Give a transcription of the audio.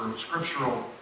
scriptural